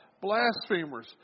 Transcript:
blasphemers